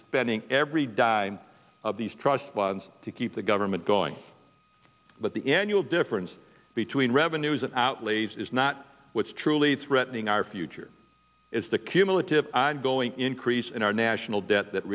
spending every dime of these trust funds to keep the government going but the annual difference between revenues and outlays is not what's truly threatening our future is the cumulative and going increase in our national debt that